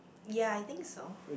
ya I think so